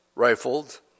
rifled